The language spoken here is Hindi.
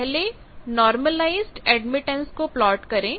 पहले नार्मलाईज़ेड एडमिटेंस को प्लॉट करें